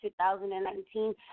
2019